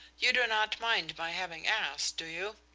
you do not mind my having asked, do you?